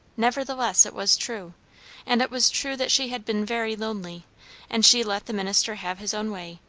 nevertheless it was true and it was true that she had been very lonely and she let the minister have his own way,